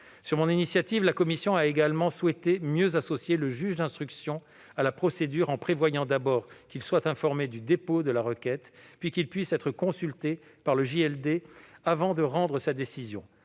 Sur mon initiative, la commission a également souhaité mieux associer le juge d'instruction à la procédure, en prévoyant d'abord qu'il soit informé du dépôt de la requête, puis qu'il puisse être consulté par le JLD avant de rendre sa décision.